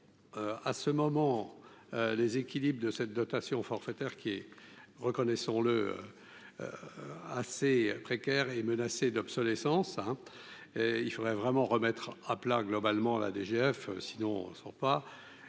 à ce moment, les équilibres de cette dotation forfaitaire qui est reconnaissons-le assez précaire et menacée d'obsolescence, hein, il faudrait vraiment remettre à plat, globalement la DGF sinon on sort pas